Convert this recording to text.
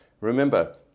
Remember